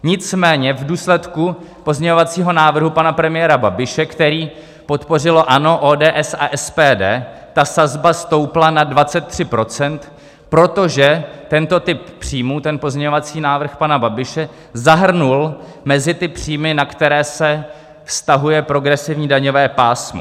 Nicméně v důsledku pozměňovacího návrhu pana premiéra Babiše, který podpořilo ANO, ODS a SPD, ta sazba stoupla na 23 %, protože tento typ příjmů ten pozměňovací návrh pana Babiše zahrnul mezi ty příjmy, na které se vztahuje progresivní daňové pásmo.